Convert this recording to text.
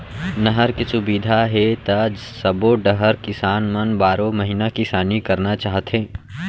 नहर के सुबिधा हे त सबो डहर किसान मन बारो महिना किसानी करना चाहथे